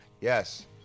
Yes